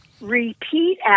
repeat